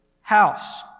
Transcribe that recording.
house